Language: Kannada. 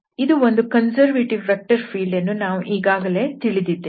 ಇದು ಒಂದು ಕನ್ಸರ್ವೇಟಿವ್ ವೆಕ್ಟರ್ ಫೀಲ್ಡ್ ಎಂದು ನಾವು ಈಗಾಗಲೇ ತಿಳಿದಿದ್ದೇವೆ